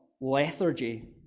lethargy